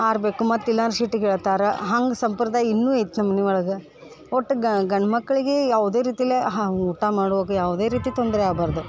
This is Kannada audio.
ಆರ್ಬೇಕು ಮತ್ತು ಇಲ್ಲಾಂದ್ರೆ ಸಿಟ್ಟಿಗೇಳ್ತರ ಹಂಗೆ ಸಂಪ್ರದಾಯ ಇನ್ನೂ ಐತೆ ನಮ್ಮ ಮನೆ ಒಳಗ ಒಟ್ಟು ಗಂಡು ಮಕ್ಕಳಿಗೆ ಯಾವುದೇ ರೀತಿಲಿ ಹಾಂ ಊಟ ಮಾಡುವಾಗ ಯಾವುದೇ ರೀತಿ ತೊಂದರೆ ಆಗಬಾರ್ದು